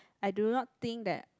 I do not think that